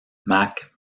mac